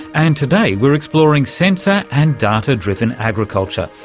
and today we're exploring sensor and data-driven agriculture,